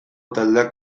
taldeak